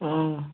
ও